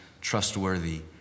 trustworthy